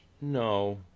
No